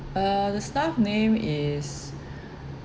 uh the staff name is